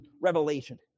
revelation